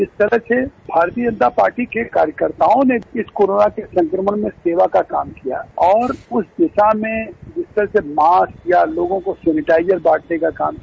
जिस तरह से भारतीय जनता पार्टी के कार्यकर्ताओं ने इस कोरोना के संक्रमण कमें सेवा काम किया है और उस दिशा में मास्क या लोगों को सैनिटाइजर बांटने का काम किया